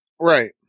right